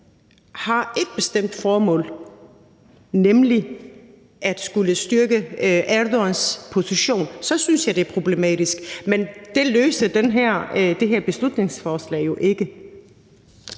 har ét bestemt formål, nemlig at skulle styrke Erdogans position, så synes jeg, det er problematisk, men det løser det her beslutningsforslag jo ikke.